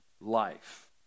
life